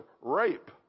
rape